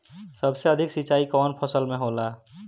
सबसे अधिक सिंचाई कवन फसल में होला?